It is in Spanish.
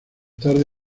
tarde